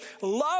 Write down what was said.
love